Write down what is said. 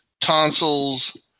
tonsils